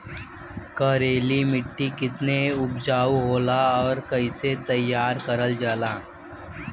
करेली माटी कितना उपजाऊ होला और कैसे तैयार करल जाला?